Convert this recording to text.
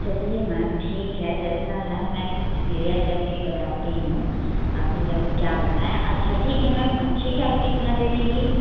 चलिए मैम ठीक है जैसा है मैं क्लियर करके बताती हूँ अभी अब क्या बताएँ अच्छा ठीक है मैम मच्छी का आप कितना दे देंगी